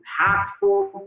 impactful